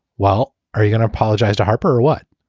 well. are you going to apologize to harper or what?